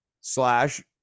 slash